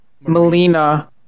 Melina